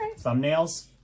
Thumbnails